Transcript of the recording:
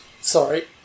Sorry